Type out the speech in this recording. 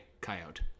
coyote